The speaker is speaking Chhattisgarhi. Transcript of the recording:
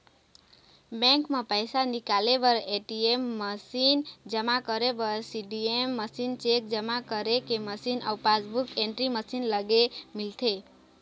बेंक म पइसा निकाले बर ए.टी.एम मसीन, जमा करे बर सीडीएम मशीन, चेक जमा करे के मशीन अउ पासबूक एंटरी मशीन लगे मिलथे